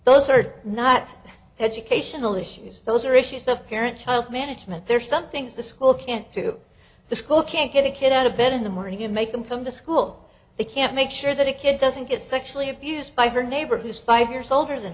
those are not educational issues those are issues of parent child management there are some things the school can't to the school can't get a kid out of bed in the morning to make them come to school they can't make sure that a kid doesn't get sexually abused by her neighbor who's five years older than